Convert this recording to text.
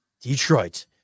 Detroit